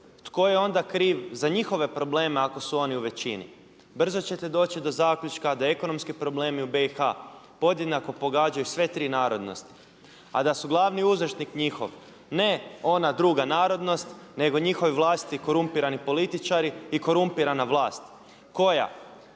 tko je onda kriv za njihove probleme ako su oni u većini? Brzo ćete doći do zaključka da ekonomski problemi u BiH podjednako pogađaju sve tri narodnosti, a da su glavni uzročnik njihov ne ona druga narodnost nego njihovi vlastiti korumpirani političari i korumpirana vlast koja